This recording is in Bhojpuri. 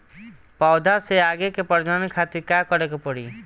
पौधा से आगे के प्रजनन खातिर का करे के पड़ी?